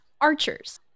archers